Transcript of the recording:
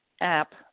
app